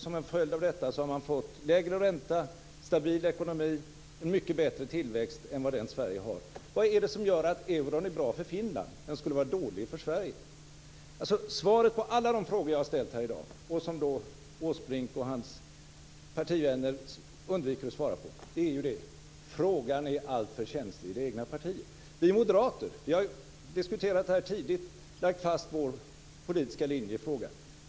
Som en följd av detta har de fått lägre ränta, stabil ekonomi och en mycket bättre tillväxt än vad Sverige har. Vad är det som gör att euron är bra för Finland men skulle vara dålig för Sverige? Alla de frågor som jag har ställt här i dag undviker Åsbrink och hans partivänner att svara på. Det innebär att frågan är alltför känslig i det egna partiet. Vi moderater har tidigt diskuterat detta och lagt fast vår politiska linje i frågan.